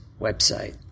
website